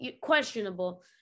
questionable